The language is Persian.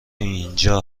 اینجا